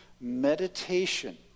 Meditation